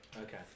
Okay